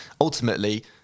ultimately